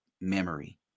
memory